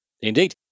Indeed